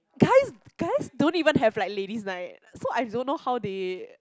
guys guys don't even have like Ladies Night so I don't know how they